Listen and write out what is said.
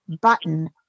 button